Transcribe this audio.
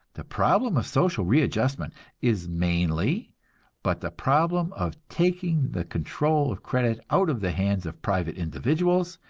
the problem of social readjustment is mainly but the problem of taking the control of credit out of the hands of private individuals,